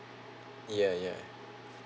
ya ya